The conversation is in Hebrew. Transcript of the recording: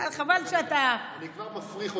חבל שאתה, אני כבר מפריך אותך.